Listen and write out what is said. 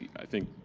i think,